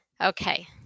Okay